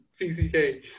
PCK